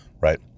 right